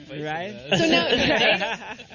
Right